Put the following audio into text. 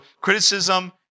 criticism